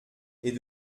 est